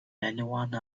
anyone